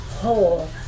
whole